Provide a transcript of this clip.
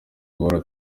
guhora